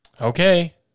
Okay